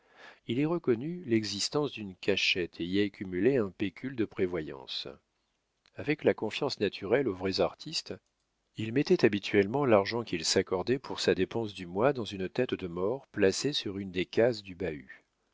il y reconnut l'existence d'une cachette et y accumulait un pécule de prévoyance avec la confiance naturelle aux vrais artistes il mettait habituellement l'argent qu'il s'accordait pour sa dépense du mois dans une tête de mort placée sur une des cases du bahut